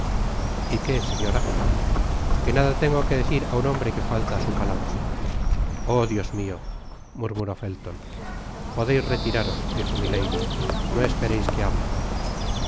y qué señora que nada tengo que decir á un hombre que falta á su palabra oh dios mio murmuró fellon podeis retiraros dijo milady no espereis que hable ved